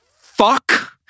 fuck